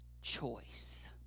choice